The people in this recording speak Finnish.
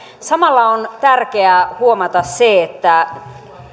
samalla on tärkeää huomata se että